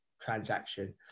transaction